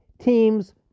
teams